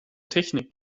technik